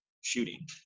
shooting